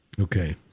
Okay